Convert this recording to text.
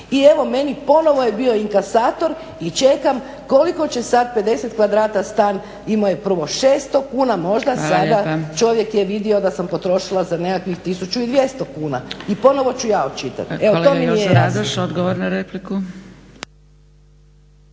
i evo meni ponovo je bio inkasator i čekam koliko će sad 50 kvadrata stan imao je prvo 600 kuna, možda sada čovjek je vidio da sam potrošila za nekakvih 1200 kuna i ponovo ću ja očitati. Evo to mi nije jasno.